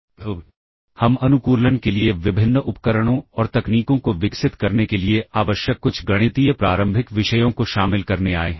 तो हम अनुकूलन के लिए विभिन्न उपकरणों और तकनीकों को विकसित करने के लिए आवश्यक कुछ गणितीय प्रारंभिक विषयों को शामिल करने आए हैं